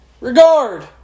regard